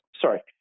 Sorry